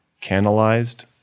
canalized